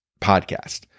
podcast